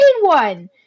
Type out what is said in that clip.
one